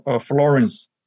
Florence